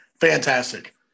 fantastic